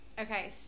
Okay